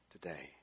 today